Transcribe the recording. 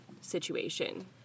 situation